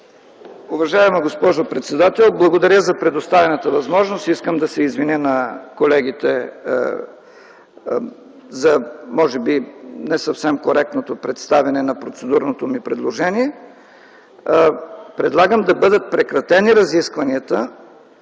Уважаема госпожо председател, благодаря за предоставената възможност. Искам да се извиня на колегите за може би не съвсем коректното представяне на процедурното ми предложение. Предлагам да бъдат прекратени разискванията,